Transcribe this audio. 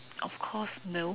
of cause no